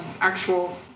actual